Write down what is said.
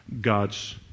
God's